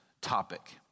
topic